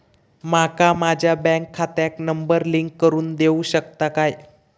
माका माझ्या बँक खात्याक नंबर लिंक करून देऊ शकता काय?